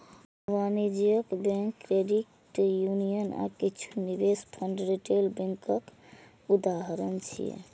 वाणिज्यिक bank, credit union आ किछु निवेश फंड रिटेल बैंकक उदाहरण छियै